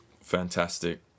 fantastic